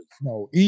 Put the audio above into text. No